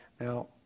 Now